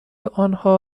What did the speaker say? انها